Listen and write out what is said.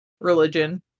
religion